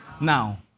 Now